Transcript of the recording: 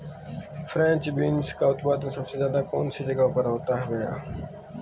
French beans का उत्पादन सबसे ज़्यादा कौन से जगहों पर होता है भैया?